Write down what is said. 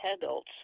adults